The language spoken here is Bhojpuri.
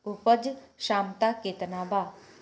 उपज क्षमता केतना वा?